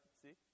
see